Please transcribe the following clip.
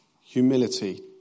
humility